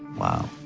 wow!